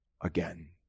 again